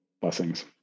Blessings